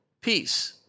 peace